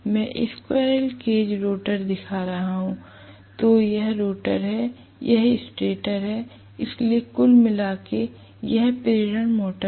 मैं squirrel cage rotor दिखा रहा हूं तो यह रोटर है यह स्टेटर है इसलिए कुल मिलाकर यह प्रेरण मोटर है